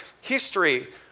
history